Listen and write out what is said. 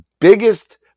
biggest